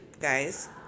guys